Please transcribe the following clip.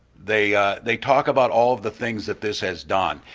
they they talk about all of the things that this has done.